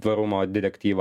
tvarumo direktyva